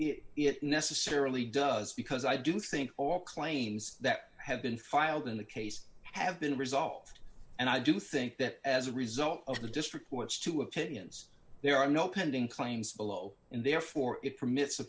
it necessarily does because i do think all claims that have been filed in the case have been resolved and i do think that as a result of the district court's two opinions there are no pending claims below and therefore it permit